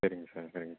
சரிங்க சார் சரிங்க